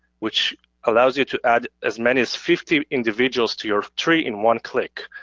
which allows you to add as many as fifty individuals to your tree in one click,